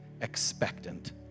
expectant